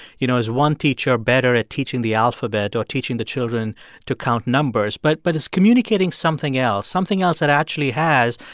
you know, is one teacher better at teaching the alphabet or teaching the children to count numbers? but but is communicating something else, something else that actually has,